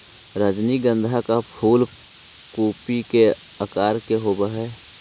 रजनीगंधा का फूल कूपी के आकार के होवे हई